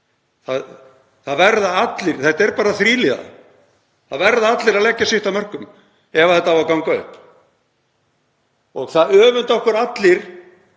Það gengur ekki. Þetta er bara þríliðað, það verða allir að leggja sitt af mörkum ef þetta á að ganga upp. Það öfunda okkur allir,